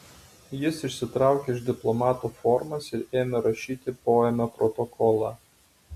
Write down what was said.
jis išsitraukė iš diplomato formas ir ėmė rašyti poėmio protokolą